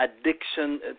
addiction